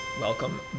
Welcome